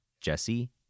Jesse